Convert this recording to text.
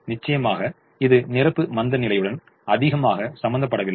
நிச்சயமாக இது நிரப்பு மந்தநிலையுடன் அதிகம் சம்பந்தப்படவில்லை